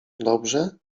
dobrze